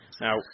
Now